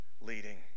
leading